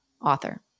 author